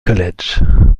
college